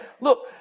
Look